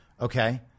Okay